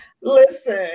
Listen